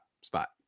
spot